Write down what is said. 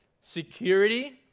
security